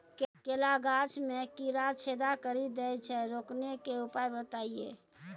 केला गाछ मे कीड़ा छेदा कड़ी दे छ रोकने के उपाय बताइए?